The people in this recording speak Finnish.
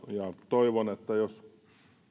toivon että jos